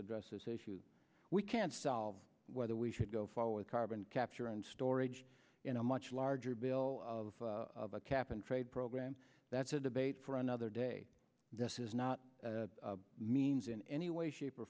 address this issue we can't solve whether we should go forward carbon capture and storage in a much larger bill of a cap and trade program that's a debate for another day this is not means in any way shape or